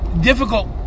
difficult